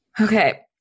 Okay